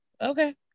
Okay